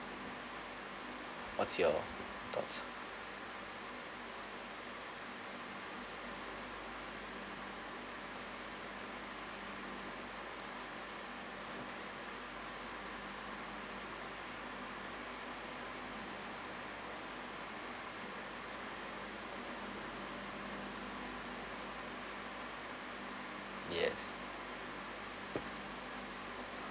what's your thoughts yes